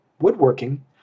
woodworking